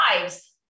lives